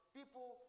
people